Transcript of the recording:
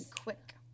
quick